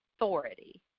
authority